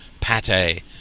pate